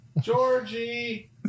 Georgie